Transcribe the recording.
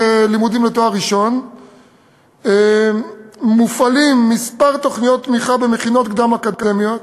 לתואר ראשון מופעלות כמה תוכניות תמיכה במכינות קדם-אקדמיות